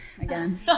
again